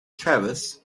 travis